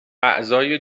اعضای